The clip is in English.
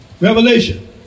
Revelation